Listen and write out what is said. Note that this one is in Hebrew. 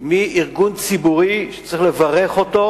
מארגון ציבורי, שצריך לברך אותו,